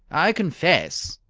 i confess,